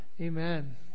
amen